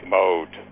mode